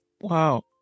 Wow